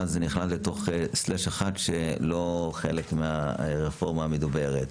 ואז זה נכלל לסלש אחד שלא חלק מהרפורמה המדוברת.